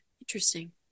Interesting